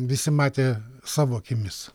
visi matė savo akimis